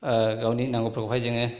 गावनि नांगौफ्रावहाय जोङो